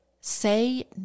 say